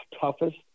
toughest